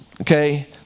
okay